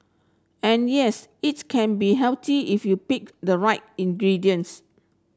and yes it can be healthy if you pick the right ingredients